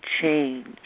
change